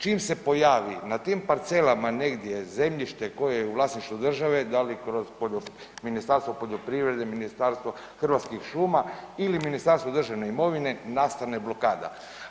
Čim se pojavi na tim parcelama negdje zemljište koje je u vlasništvu države da li kroz Ministarstvo poljoprivrede, ministarstvo hrvatskih šuma ili Ministarstvo državne imovine nastane blokada.